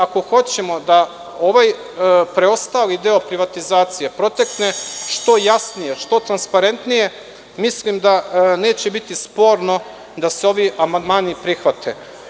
Ako hoćemo da ovaj preostali deo privatizacije protekne što jasnije, što transparentnije, mislim da neće biti sporno da se ovi amandmani prihvate.